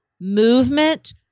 movement